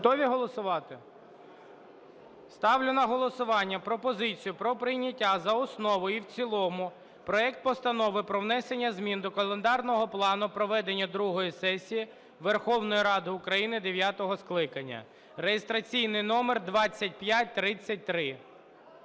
Готові голосувати? Ставлю на голосування пропозицію про прийняття за основу і в цілому проект Постанови про внесення змін до календарного плану проведення другої сесії Верховної Ради України дев'ятого скликання (реєстраційний номер 2533).